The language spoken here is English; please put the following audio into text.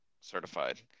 certified